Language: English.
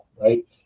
right